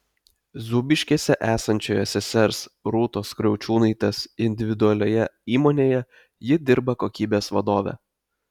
zūbiškėse esančioje sesers rūtos kriaučiūnaitės individualioje įmonėje ji dirba kokybės vadove